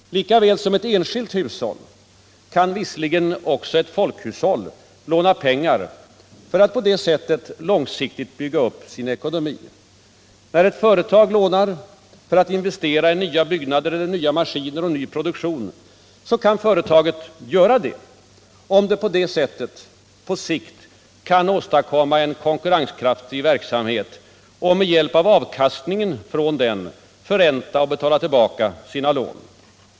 Lika väl som ett enskilt hushåll kan även ett folkhushåll låna pengar för att på det sättet långsiktigt bygga upp sin ekonomi. Ett företag kan låna pengar för att investera i nya byggnader, nya maskiner och ny produktion, om det därigenom på sikt kan åstadkomma en konkurrenskraftig verksamhet och med hjälp av avkastningen från den förränta och betala tillbaka sina lån.